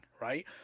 right